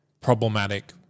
problematic